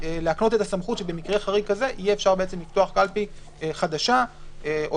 להקנות את הסמכות שבמקרה חריג כזה יהיה אפשר לפתוח קלפי חדשה או